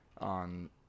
on –